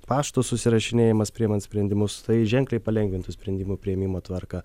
pašto susirašinėjimas priėmant sprendimus tai ženkliai palengvintų sprendimų priėmimo tvarką